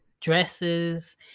dresses